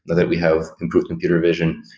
that we have improved computer vision.